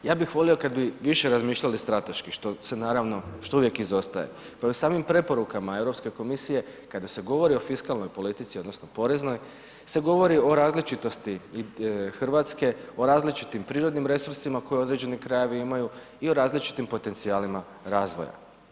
Ja bih volio kad bi više razmišljali strateški što se naravno, što uvijek izostaje, pa i u samim preporukama Europske komisije kada se govori o fiskalnoj politici odnosno poreznoj se govori o različitosti Hrvatske, o različitim prirodnim resursima koje određeni krajevi imaju i o različitim potencijalima razvoja.